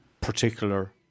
particular